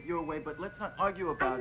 your way but let's not argue about